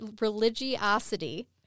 religiosity